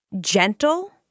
gentle